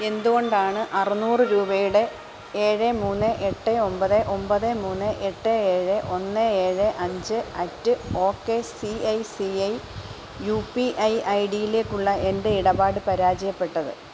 എന്തുകൊണ്ടാണ് അറുന്നൂറ് രൂപയുടെ ഏഴ് മൂന്ന് എട്ട് ഒമ്പത് ഒമ്പത് മൂന്ന് എട്ട് ഏഴ് ഒന്ന് ഏഴ് അഞ്ച് at okay C I C I U P I I D യിലേക്കുള്ള എൻ്റെ ഇടപാട് പരാജയപ്പെട്ടത്